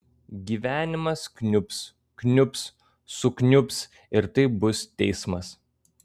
gyvenimas kniubs kniubs sukniubs ir tai bus teismas